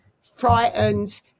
frightened